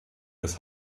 des